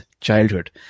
childhood